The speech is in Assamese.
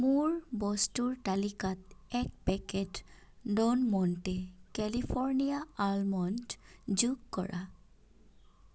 মোৰ বস্তুৰ তালিকাত এক packet Don Monte California almond যোগ কৰা